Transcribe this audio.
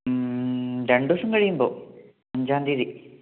രണ്ട് കഴിയുമ്പോൾ അഞ്ചാം തീയതി